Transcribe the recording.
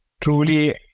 truly